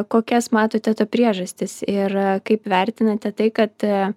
kokias matote to priežastis ir kaip vertinate tai kad